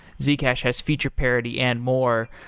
zcash has feature parity and more.